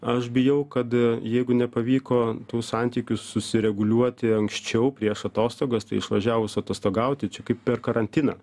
aš bijau kad jeigu nepavyko tų santykių susireguliuoti anksčiau prieš atostogas tai išvažiavus atostogauti čia kaip per karantiną